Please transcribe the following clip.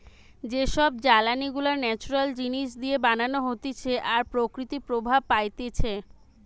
যে সব জ্বালানি গুলা ন্যাচারাল জিনিস দিয়ে বানানো হতিছে আর প্রকৃতি প্রভাব পাইতিছে